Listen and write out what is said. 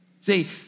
See